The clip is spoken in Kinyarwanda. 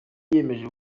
yiyemeje